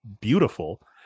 beautiful